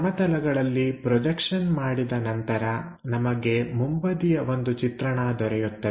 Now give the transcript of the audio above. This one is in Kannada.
ಸಮತಲಗಳಲ್ಲಿ ಪ್ರೊಜೆಕ್ಷನ್ ಮಾಡಿದ ನಂತರ ನಮಗೆ ಮುಂಬದಿಯ ಒಂದು ಚಿತ್ರಣ ದೊರೆಯುತ್ತದೆ